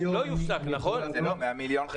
100 מיליון חיסכון.